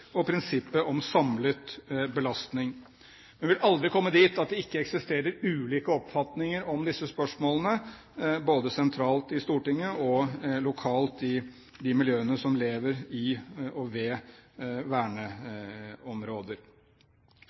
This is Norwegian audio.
og prinsippet om samlet belastning. Men vi vil aldri komme dit at det ikke eksisterer ulike oppfatninger om disse spørsmålene, både sentralt, i Stortinget og lokalt, i miljøene som lever i og ved verneområder.